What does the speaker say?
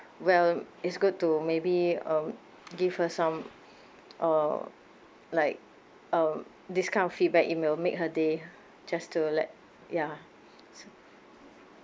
well it's good to maybe um give her some uh like um this kind of feedback it will make her day just to let ya